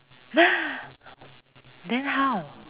!huh! then how